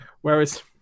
Whereas